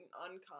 uncommon